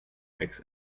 makes